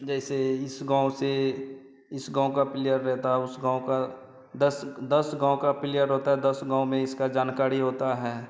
जैसे इस गाँव से इस गाँव का पिलेयर रहता है उस गाँव का दस दस गाँव का पिलेयर होता है दस गाँव में इसकी जानकारी होती है